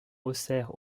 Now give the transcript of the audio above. auxerre